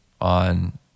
on